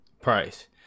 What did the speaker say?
price